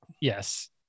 Yes